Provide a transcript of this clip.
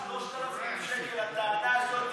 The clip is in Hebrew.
אדוני השר, 3,000 שקל, הטענה הזאת.